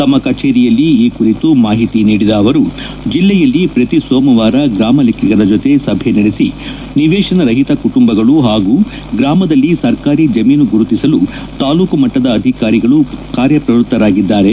ತಮ್ನ ಕಚೇರಿಯಲ್ಲಿ ಈ ಕುರಿತು ಮಾಹಿತಿ ನೀಡಿದ ಅವರು ಜಿಲ್ಲೆಯಲ್ಲಿ ಶ್ರತಿ ಸೋಮವಾರ ಗ್ರಾಮಲೆಕ್ಕಿಗರ ಜೊತೆ ಸಭೆ ನಡೆಸಿ ನಿವೇಶನರಹಿತ ಕುಟುಂಬಗಳು ಪಾಗೂ ಗ್ರಾಮದಲ್ಲಿ ಸರ್ಕಾರಿ ಜಮೀನು ಗುರುತಿಸಲು ತಾಲ್ಲೂಕು ಮಟ್ಟದ ಅಧಿಕಾರಿಗಳು ಕಾರ್ಯಪ್ರವ್ಯತ್ತರಾಗಿದ್ದಾರೆ